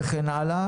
וכן הלאה